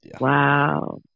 Wow